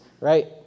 right